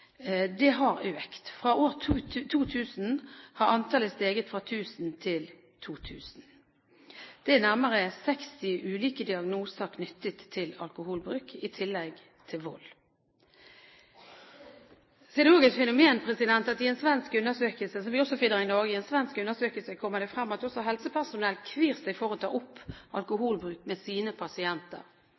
har økt. Fra 2000 har antallet steget fra 1 000 til 2 000. Det er nærmere 60 ulike diagnoser knyttet til alkoholbruk i tillegg til vold. Det er også et fenomen at i en svensk undersøkelse, noe vi også finner i Norge, kommer det frem at helsepersonell kvier seg for å ta opp alkoholbruk med sine pasienter.